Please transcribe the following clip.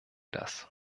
das